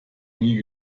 nie